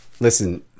listen